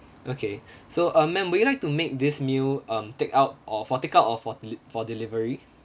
okay so uh ma'am would you like to make this meal um take-out or for take-out or for deli~ for delivery